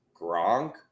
Gronk